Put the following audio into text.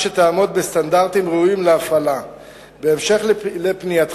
3. מה ייעשה